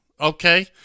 Okay